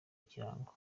ikirango